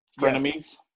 frenemies